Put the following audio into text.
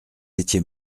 étiez